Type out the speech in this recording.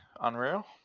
Unreal